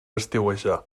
estiuejar